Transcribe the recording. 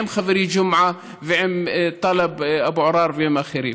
עם חברי ג'מעה ועם טלב אבו עראר ועם אחרים.